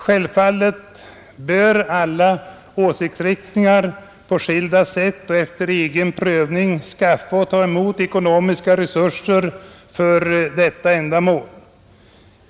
Självfallet bör åsiktsriktningarna på skilda sätt och efter egen prövning skaffa och ta emot ekonomiska resurser för detta ändamål.